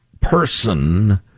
person